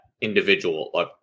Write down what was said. individual